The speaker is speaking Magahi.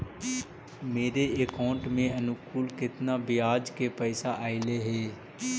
मेरे अकाउंट में अनुकुल केतना बियाज के पैसा अलैयहे?